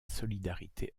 solidarité